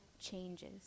changes